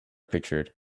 pictured